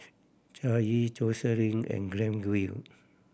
Jaye Joselin and Granville